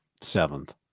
seventh